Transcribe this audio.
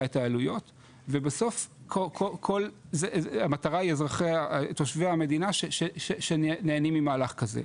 את העלויות ובסוף המטרה היא תושבי המדינה שנהנים ממהלך כזה.